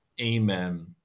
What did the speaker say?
Amen